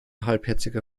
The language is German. halbherziger